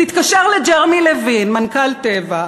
תתקשר לג'רמי לוין, מנכ"ל "טבע",